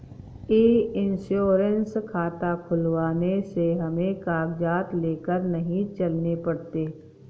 ई insurance खाता खुलवाने से हमें कागजात लेकर नहीं चलने पड़ते